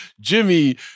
Jimmy